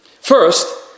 First